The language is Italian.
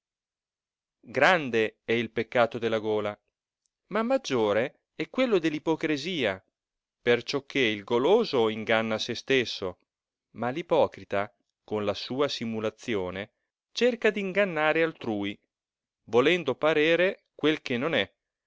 grande è il peccato della gola ma maggiore è quello dell ipocresia perciò che il goloso inganna se stesso ma l'ipocrita con la sua simulazione cerca d'ingannare altrui volendo parere quel che non è